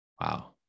Wow